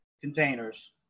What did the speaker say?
containers